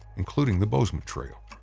including the bozeman trail.